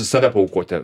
save paaukoti